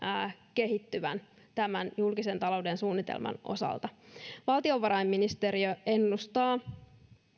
kehittyvän julkisen talouden suunnitelman osalta valtiovarainministeriö ennustaa